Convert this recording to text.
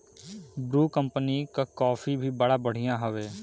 Bru company कअ coffee भी बड़ा बढ़िया हवे